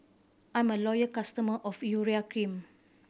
I'm a loyal customer of Urea Cream